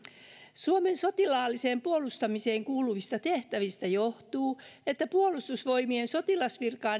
suomen sotilaalliseen puolustamiseen kuuluvista tehtävistä johtuu että puolustusvoimien sotilasvirkaan